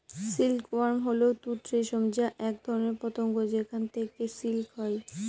silk worm হল তুঁত রেশম যা এক ধরনের পতঙ্গ যেখান থেকে সিল্ক হয়